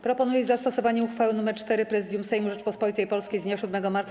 Proponuję zastosowanie uchwały nr 4 Prezydium Sejmu Rzeczypospolitej Polskiej z dnia 7 marca.